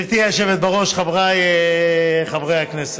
גברתי היושבת בראש, חבריי חברי הכנסת,